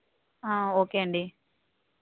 okay అండి